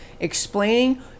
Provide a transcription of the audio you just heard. Explaining